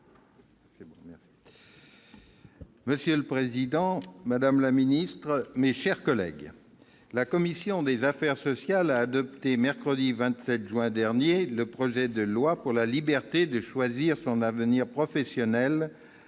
le rapporteur. Monsieur le président, madame la ministre, mes chers collègues, la commission des affaires sociales a adopté, le mercredi 27 juin dernier, le projet de loi pour la liberté de choisir son avenir professionnel,